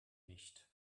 nicht